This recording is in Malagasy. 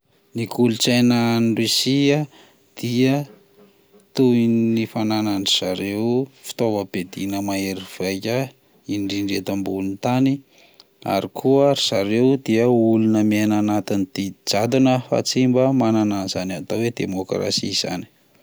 Ny kolotsaina any Rosia dia toy ny fananan-ndry zareo fitaovam-piadina mahery vaika indrindra eto ambon' ny tany, ary koa ry zareo dia olona mihaina anatin'ny didy jadona fa tsy mba manana an'izany atao hoe demôkrasia izany.